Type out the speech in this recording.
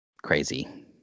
crazy